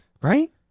right